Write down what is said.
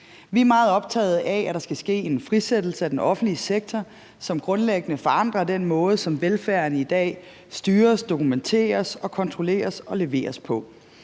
Vi er meget optagede af, at der skal ske en frisættelse af den offentlige sektor, som grundlæggende forandrer den måde, som velfærden i dag styres, dokumenteres, kontrolleres og leveres på.